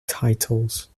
titles